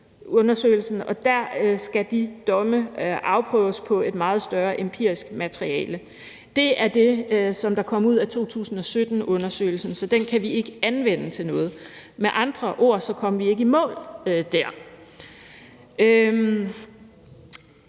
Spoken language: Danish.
og der skal de domme afprøves på et meget større empirisk materiale. Det er det, som der kom ud af 2017-undersøgelsen, så den kan vi ikke anvende til noget. Med andre ord kom vi ikke i mål dér.